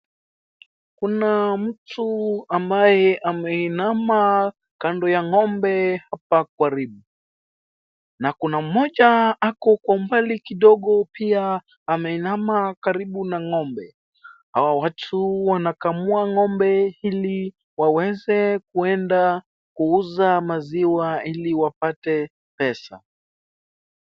Kuna mtu ambaye ameinama kando ya ng'ombe hapa karibu. Na kuna mmoja ako kwa mbali kidogo pia ameinama karibu na ng'ombe. Hawa watu wanakamua ng'ombe ili waweze kuenda kuuza maziwa ili wapate pesa.